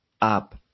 up